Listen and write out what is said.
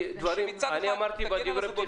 שמצד אחד תגן על הזוגות,